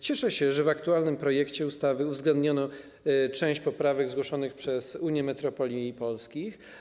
Cieszę się, że w aktualnym projekcie ustawy uwzględniono część poprawek zgłoszonych przez Unię Metropolii Polskich.